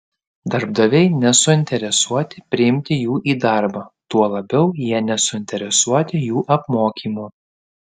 darbdaviai nesuinteresuoti priimti jų į darbą tuo labiau jie nesuinteresuoti jų apmokymu